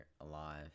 alive